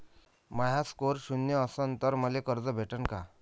माया score शून्य असन तर मले कर्ज भेटन का?